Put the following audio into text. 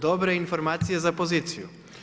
Dobre informacije za poziciju!